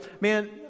man